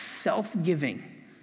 self-giving